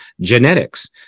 genetics